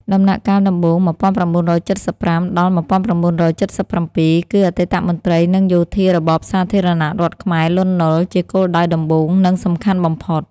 ដំណាក់កាលដំបូង ១៩៧៥-១៩៧៧ គឺអតីតមន្ត្រីនិងយោធារបបសាធារណរដ្ឋខ្មែរ លន់ នល់ ជាគោលដៅដំបូង និងសំខាន់បំផុត។